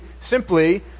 simply